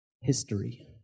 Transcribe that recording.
history